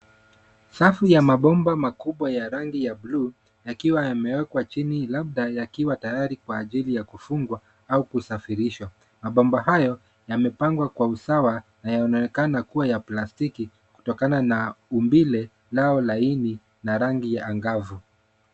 Safu ya mabomba makubwa ya rangi ya bluu, yakiwa yamewekwa chini, labda yakiwa tayari kwa ajili ya kufungwa au kusafirishwa. Mabomba hayo, yamepangwa kwa usawa na yanaonekana kuwa ya plastiki kutokana na umbile lao laini na rangi ya angavu.